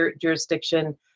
jurisdiction